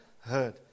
heard